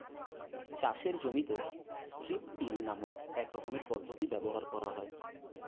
চাষের জমিতে strip till নামক এক রকমের পদ্ধতি ব্যবহার করা হয়